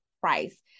price